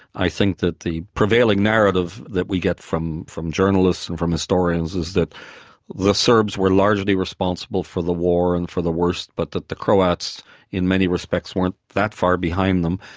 i think that the prevailing narrative that we get from from journalists and from historians is that the serbs were largely responsible for the war and for the worst but that the croats in many respects, weren't that far behind them,